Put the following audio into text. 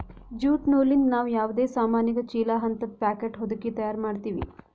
jute ನೂಲಿಂದ್ ನಾವ್ ಯಾವದೇ ಸಾಮಾನಿಗ ಚೀಲಾ ಹಂತದ್ ಪ್ಯಾಕೆಟ್ ಹೊದಕಿ ತಯಾರ್ ಮಾಡ್ತೀವಿ